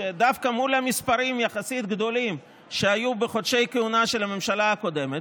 שדווקא מול מספרים יחסית גדולים שהיו בחודשי הכהונה של הממשלה הקודמת,